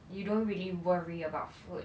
you don't really worry about food